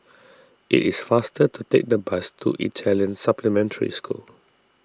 it is faster to take the bus to Italian Supplementary School